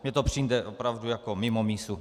Mně to přijde opravdu jako mimo mísu.